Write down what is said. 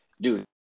Dude